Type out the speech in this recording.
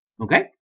Okay